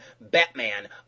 Batman